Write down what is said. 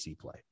play